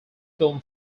film